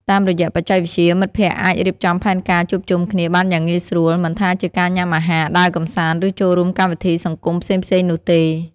តាមរយៈបច្ចេកវិទ្យា មិត្តភ័ក្តិអាចរៀបចំផែនការជួបជុំគ្នាបានយ៉ាងងាយស្រួល មិនថាជាការញ៉ាំអាហារ ដើរកម្សាន្ត ឬចូលរួមកម្មវិធីសង្គមផ្សេងៗនោះទេ ។